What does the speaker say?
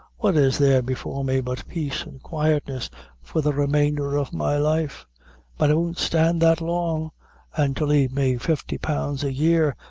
what is there before me but peace and quietness for the remainder of my life but i won't stand that long an' to lave me fifty pounds a year,